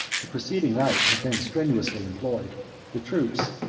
the preceding night had been strenuously employed the troops,